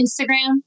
Instagram